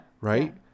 Right